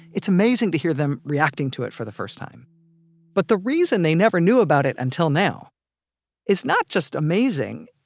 it's amazing to hear them reacting to it for the first time but the reason they never knew about it until now is not just amazing,